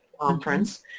conference